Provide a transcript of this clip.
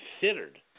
considered